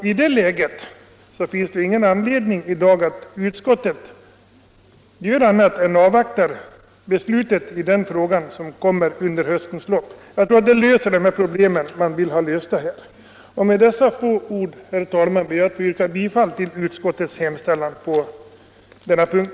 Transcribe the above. I det läget finns det i dag ingen anledning för utskottet att göra något annat än att avvakta beslutet i den fråga som kommer under höstens lopp. Jag tror propositionen löser de problem man vill ha lösta. Med dessa få ord, herr talman, ber jag att få yrka bifall till utskottets hemställan på denna punkt.